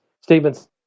statements